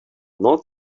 not